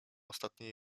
ostatniej